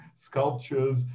sculptures